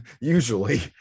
Usually